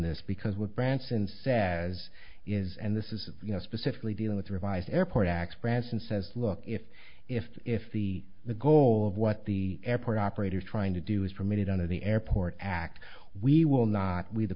this because what branson says is and this is you know specifically dealing with revised airport x branson says look if if if the the goal of what the airport operator is trying to do is permitted under the airport act we will not we the